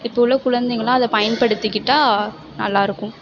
இப்போது உள்ள குழந்தைங்கள்லாம் அதை பயன்படுத்திகிட்டால் நல்லா இருக்கும்